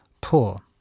poor